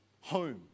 home